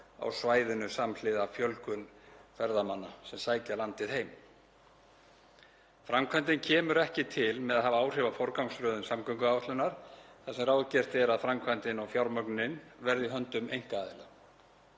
á svæðinu samhliða fjölgun ferðamanna sem sækja landið heim. Framkvæmdin kemur ekki til með að hafa áhrif á forgangsröðun samgönguáætlunar þar sem ráðgert er að framkvæmdin og fjármögnunin verði í höndum einkaaðila.